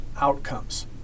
outcomes